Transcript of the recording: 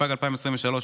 התשפ"ג 2023,